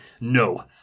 No